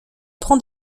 prend